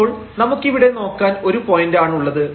അപ്പോൾ നമുക്കിവിടെ നോക്കാൻ ഒരു പോയന്റ് ആണുള്ളത്